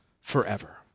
forever